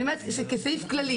אני אומרת כסעיף כללי,